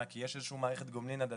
כי יש איזושהי מערכת גומלין הדדית,